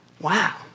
Wow